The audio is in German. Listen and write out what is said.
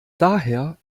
daher